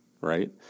right